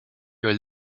your